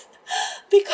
because